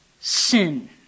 sin